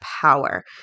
power